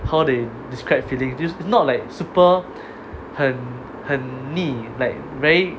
how they described feelings is not like super 很很腻 like very